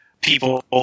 people